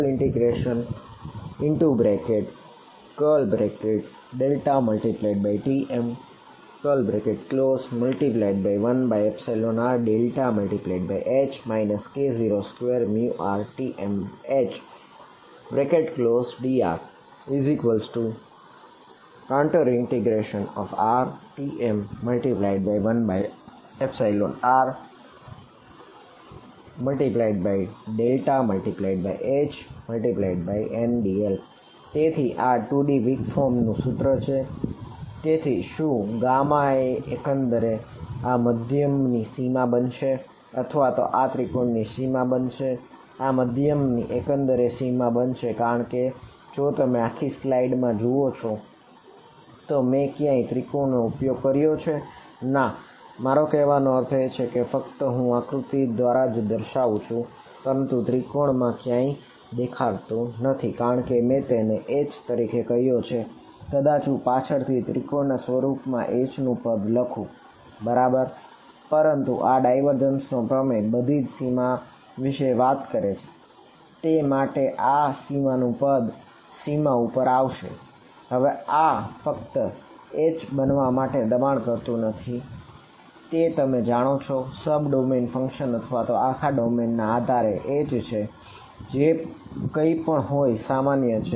∬∇× Tm×1r∇×H K02rTmHdrTm1r∇×H×ndl તેથી આ 2D weak form નું સૂત્ર છે તેથી શું ગામા ના આધારે H છે તે જે કઈ પણ હોય તે સામાન્ય છે